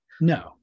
No